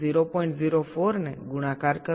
04 ને ગુણાકાર કરો